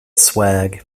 swag